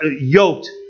yoked